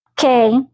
Okay